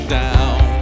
down